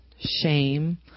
shame